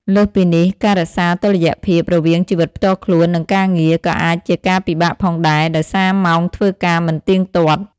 លើសពីនេះ ការរក្សាតុល្យភាពរវាងជីវិតផ្ទាល់ខ្លួន និងការងារ ក៏អាចជាការពិបាកផងដែរ ដោយសារម៉ោងធ្វើការមិនទៀងទាត់។